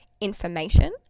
information